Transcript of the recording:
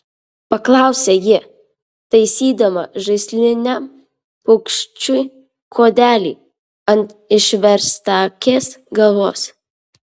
paklausė ji taisydama žaisliniam paukščiui kuodelį ant išverstakės galvos